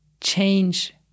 change